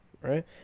Right